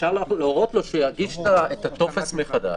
אפשר להורות לו שהוא יגיש את הטופס מחדש,